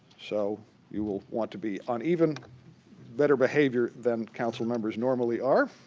so you will want to be on even better behavior than council members normally are.